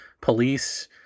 police